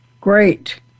Great